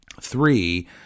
three